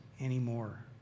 anymore